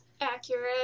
Accurate